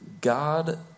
God